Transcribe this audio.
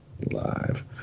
live